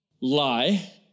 lie